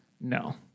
No